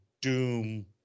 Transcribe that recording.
Doom